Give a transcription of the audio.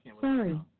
Sorry